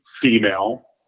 female